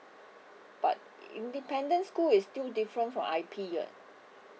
but independent school is still different from I_P uh